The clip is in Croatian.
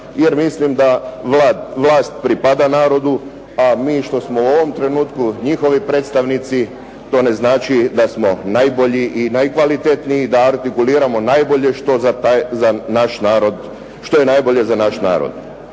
jer mislim da vlast pripada narodu a mi što smo u ovom trenutku njihovi predstavnici to ne znači da smo najbolji i najkvalitetniji, da artikuliramo najbolje što je najbolje za naš narod.